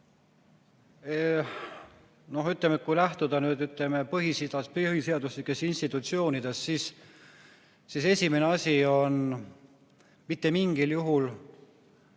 Noh, ütleme, et kui lähtuda põhipõhiseaduslikest institutsioonidest, siis esimene asi on – mitte mingil juhul